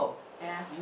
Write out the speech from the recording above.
ya